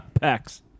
Packs